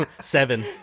Seven